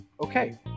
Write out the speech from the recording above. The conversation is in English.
okay